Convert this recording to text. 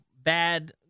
bad